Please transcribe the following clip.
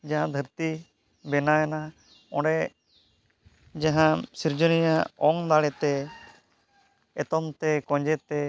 ᱡᱟᱦᱟᱸ ᱫᱷᱟᱹᱨᱛᱤ ᱵᱮᱱᱟᱣᱮᱱᱟ ᱚᱸᱰᱮ ᱡᱟᱦᱟᱸ ᱥᱤᱨᱡᱚᱱᱤᱭᱟᱹᱣᱟᱜ ᱚᱝ ᱫᱟᱲᱮᱛᱮ ᱮᱛᱚᱢᱛᱮ ᱠᱚᱸᱭᱮᱛᱮ